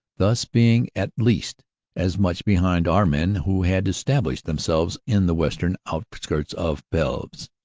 thus being at least as much behind our men who had established themselves in the western out ski rts of pelves.